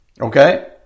Okay